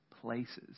places